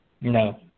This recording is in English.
No